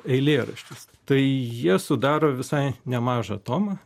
eilėraštis tai jie sudaro visai nemažą tomą